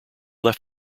left